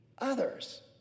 others